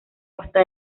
costa